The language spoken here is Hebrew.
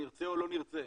נרצה או לא נרצה,